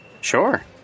Sure